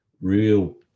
Real